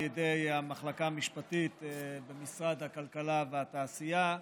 ידי המחלקה המשפטית במשרד הכלכלה והתעשייה,